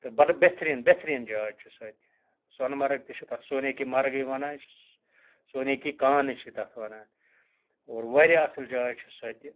تہٕ بَڈٕ بہتریٖن بہتریٖن جاے چھِ سۄ اتہِ سۄنہٕ مَرگ تہِ چھُ تَتھ چھِ أسۍ سونے کے مَرگٕے وَنان سونے کی کانٕے چھِ تَتھ وَنان اور واریاہ اصٕل جاے چھِ سۄ تہِ